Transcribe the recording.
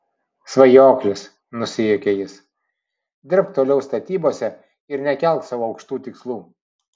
svajoklis nusijuokia jis dirbk toliau statybose ir nekelk sau aukštų tikslų